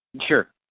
Sure